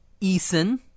Eason